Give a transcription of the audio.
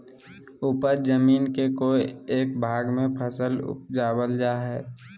उपज जमीन के कोय एक भाग में फसल उपजाबल जा हइ